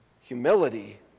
humility